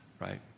right